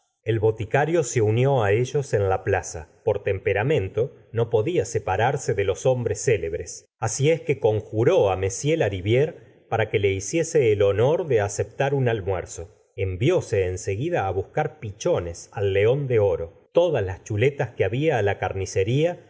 el bt icario se unió á ellos en la plaza por temperamento no podía separarse de los hombres célebres así es que conjuró á iv de lariviére para que le hiciese el honor de aceptar un almuerzo envióse en seguida á buscar pichones al cleón de oro todas las chuletas que había á la carnicería